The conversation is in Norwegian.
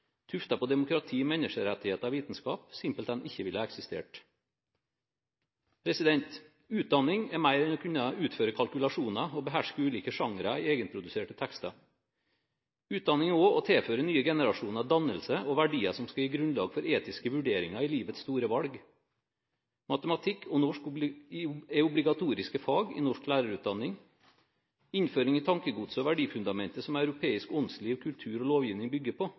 på demokrati og menneskerettigheter og vitenskap, simpelthen ikke ville ha eksistert. Utdanning er mer enn å kunne utføre kalkulasjoner og beherske ulike genre i egenproduserte tekster. Utdanning er også å tilføre nye generasjoner dannelse og verdier som skal gi grunnlag for etiske vurderinger i livets store valg. Matematikk og norsk er obligatoriske fag i norsk lærerutdanning. Innføring i tankegodset og verdifundamentet som europeisk åndsliv, kultur og lovgivning